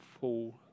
Fall